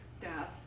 death